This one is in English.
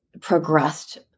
progressed